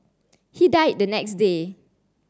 he died the next day